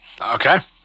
Okay